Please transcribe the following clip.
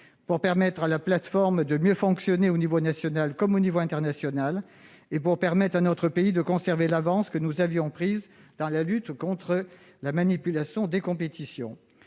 pour permettre à la plateforme de mieux fonctionner, au niveau national comme au niveau international, et pour que notre pays puisse conserver l'avance qu'il avait prise dans la lutte contre la manipulation des compétitions.